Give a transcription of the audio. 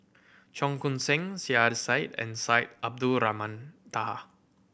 Cheong Koon Seng Saiedah Said and Syed Abdulrahman Taha